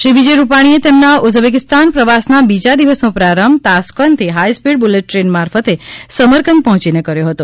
શ્રી વિજયભાઇ રૂપાણીએ તેમના ઉઝબેકિસ્તાન પ્રવાસના બીજા દિવસનો પ્રારંભ તાસ્કંદથી હાઇસ્પીડ બૂલેટ ટ્રેન મારફતે સમરકંદ પહોંચીને કર્યો હતો